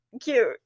Cute